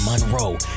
Monroe